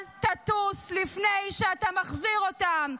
אל תטוס לפני שאתה מחזיר אותם.